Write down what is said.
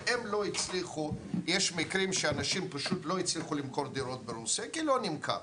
שהם לא הצליחו למכור דירות ברוסיה כי לא נמכר,